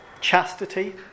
chastity